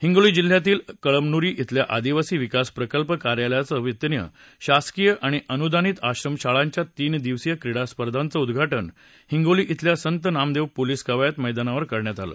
हिंगोली जिल्ह्यातील कळमनुरी खिल्या आदिवासी विकास प्रकल्प कार्यालयांच्या वतीनं शासकीय आणि अनुदानित आश्रमशाळांच्या तीन दिवसीय क्रीडा स्पर्धांचे उद्घाटन हिंगोली श्रिल्या संत नामदेव पोलीस कवायत मैदानावर करण्यात आलं